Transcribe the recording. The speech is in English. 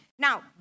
Now